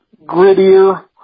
grittier